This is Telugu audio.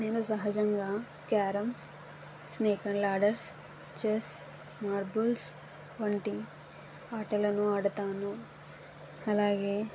నేను సహజంగా carroms snake and ladders chess marbles వంటి ఆటలను ఆడుతాను అలాగే